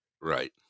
Right